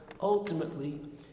ultimately